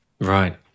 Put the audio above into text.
Right